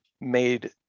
made